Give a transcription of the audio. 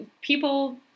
people